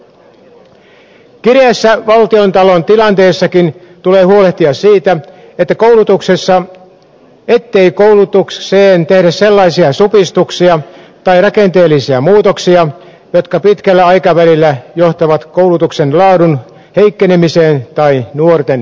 kireässä valtiontalouden tilanteessakin tulee huolehtia siitä ettei koulutukseen tehdä sellaisia supistuksia tai rakenteellisia muutoksia jotka pitkällä aikavälillä johtavat koulutuksen laadun heikkenemiseen tai nuorten syrjäytymiseen